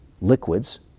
liquids